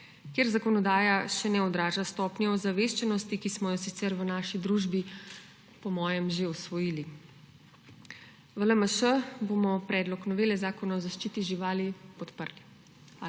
kjer zakonodaja še ne odraža stopnje ozaveščenosti, ki smo jo sicer v naši družbi po mojem že usvojili. V LMŠ bomo predlog novele Zakona o zaščiti živali podprli.